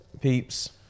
peeps